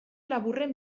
laburren